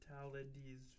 fatalities